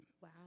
Wow